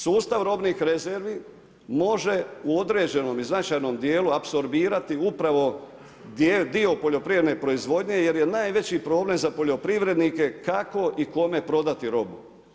Sustav robnih rezervi može u određenom i značajnom dijelu apsorbirati upravo dio poljoprivredne proizvodnje jer je najveći problem za poljoprivrednike kako i kome prodati robu.